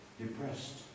depressed